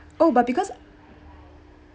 oh but because